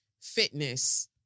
fitness